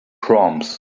proms